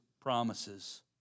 promises